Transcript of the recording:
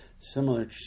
Similar